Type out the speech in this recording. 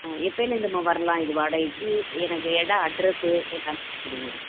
எப்பையிலேர்ந்தும்மா வரலாம் இது வாடகைக்கு எனக்கு இடம் அட்ரஸ்ஸு எல்லாமே கொடுங்களேன்